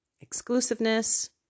Exclusiveness